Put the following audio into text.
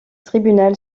tribunal